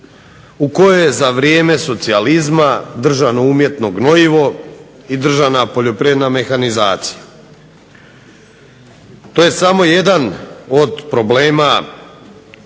u kojoj je za vrijeme socijalizma držano umjetno gnojivo i držana poljoprivredna mehanizacija. To je samo jedan od problema